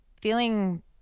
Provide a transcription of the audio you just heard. feeling